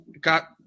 got